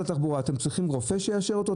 התחבורה: אתם צריכים רופא שיאשר אותו,